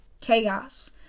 chaos